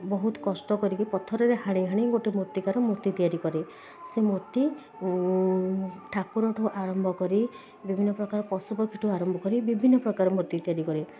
ବହୁତ କଷ୍ଟ କରିକି ପଥରରେ ହାଣି ହାଣି ଗୋଟେ ମୂର୍ତ୍ତିକାର ମୂର୍ତ୍ତି ତିଆରି କରେ ସେ ମୂର୍ତ୍ତି ଠାକୁର ଠୁ ଆରମ୍ଭ କରି ବିଭିନ୍ନ ପ୍ରକାର ପଶୁପକ୍ଷୀ ଠୁ ଆରମ୍ଭ କରି ବିଭିନ୍ନ ପ୍ରକାର ମୂର୍ତ୍ତି ତିଆରି କରେ